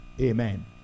Amen